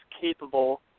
capable